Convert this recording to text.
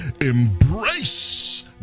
embrace